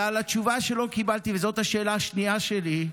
תשובה לא קיבלתי, וזו השאלה השנייה שלי: